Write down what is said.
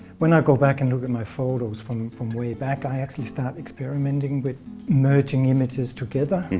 when i got back and look at my photos from from way back i actually start experimenting with merging images together.